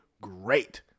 Great